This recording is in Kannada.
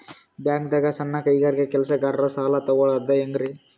ಬ್ಯಾಂಕ್ದಾಗ ಸಣ್ಣ ಕೈಗಾರಿಕಾ ಕೆಲಸಗಾರರು ಸಾಲ ತಗೊಳದ್ ಹೇಂಗ್ರಿ?